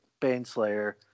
Baneslayer